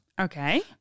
Okay